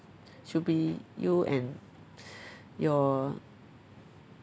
should be you and your